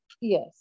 Yes